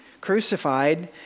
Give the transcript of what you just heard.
crucified